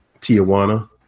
Tijuana